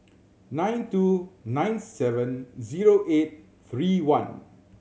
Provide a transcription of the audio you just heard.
nine two nine seven zero eight three one